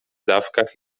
dawkach